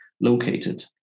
located